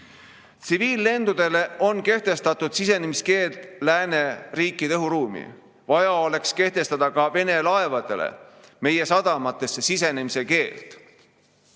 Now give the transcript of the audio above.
Tsiviillendudele on kehtestatud sisenemise keeld lääneriikide õhuruumi, aga vaja oleks kehtestada ka Vene laevadele meie sadamatesse sisenemise keeld.